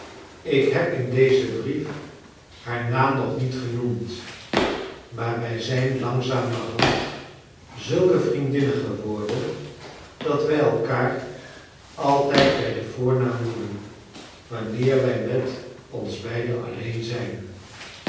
ik heb in dezen brief haar naam nog niet genoemd maar wij zijn langzamerhand zulke vriendinneii geworden dat wij elkaar altijd bij deu voornaam noemen wanneer wij met ons beiden alleen zrjn